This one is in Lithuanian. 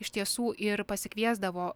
iš tiesų ir pasikviesdavo